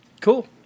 Cool